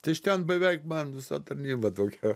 tai iš ten beveik man visa tarnyba tokia